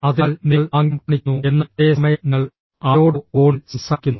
അതിനാൽ നിങ്ങൾ ആംഗ്യം കാണിക്കുന്നു എന്നാൽ അതേ സമയം നിങ്ങൾ ആരോടോ ഫോണിൽ സംസാരിക്കുന്നു